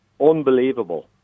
Unbelievable